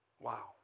Wow